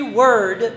word